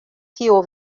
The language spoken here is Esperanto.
kio